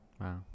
Wow